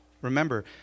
Remember